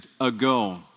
ago